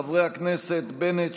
חברי הכנסת בנט,